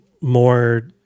more